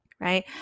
right